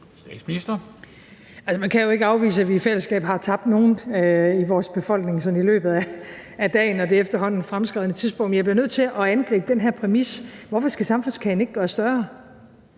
man kan jo ikke afvise, at vi i fællesskab har tabt nogle af seerne i løbet af dagen og her på det efterhånden fremskredne tidspunkt. Jeg bliver nødt til at anholde den der præmis. Hvorfor skal samfundskagen ikke gøres større?